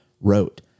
wrote